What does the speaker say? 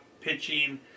pitching